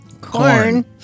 Corn